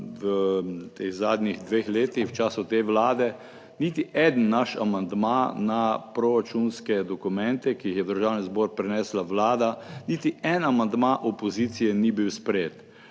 v teh zadnjih dveh letih v času te Vlade niti eden naš amandma na proračunske dokumente, ki jih je v Državni zbor prinesla Vlada, niti en amandma opozicije ni bil sprejet.